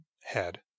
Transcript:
head